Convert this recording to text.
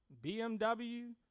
BMW